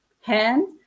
hand